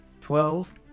Twelve